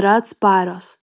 yra atsparios